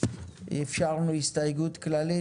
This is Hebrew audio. אפשרנו הסתייגות כללית,